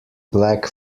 black